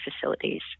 facilities